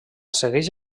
segueix